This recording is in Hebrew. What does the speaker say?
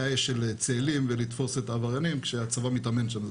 האש של צאלים ולתפוס את העבריינים כשהצבא מתאמן שם,